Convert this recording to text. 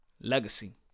Legacy